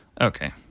okay